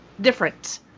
different